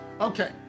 Okay